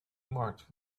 marked